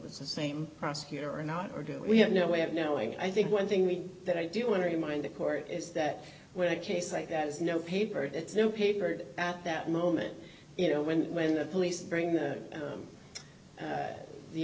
was the same prosecutor or not or do we have no way of knowing i think one thing we that i do want to remind the court is that when a case like that has no paper it's no paper at that moment you know when when the police bring the